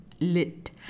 Lit